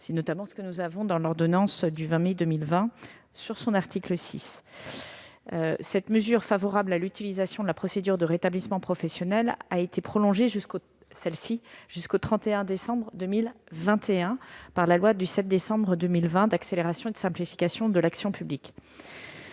C'est notamment ce que prévoit l'article 6 de l'ordonnance du 20 mai 2020. Cette mesure, favorable à l'utilisation de la procédure de rétablissement professionnel, a été prolongée jusqu'au 31 décembre 2021 par la loi du 7 décembre 2020 d'accélération et de simplification de l'action publique.